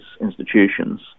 institutions